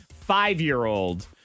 five-year-old